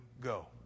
go